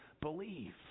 believe